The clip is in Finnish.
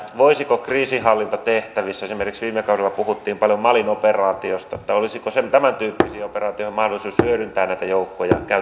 voisiko kriisinhallintatehtävissä hyödyntää esimerkiksi kun viime kaudella puhuttiin paljon malin operaatiosta niin olisiko tämäntyyppisiin operaatioihin mahdollisuus hyödyntää näitä joukkoja käytännössä enemmän